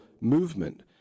movement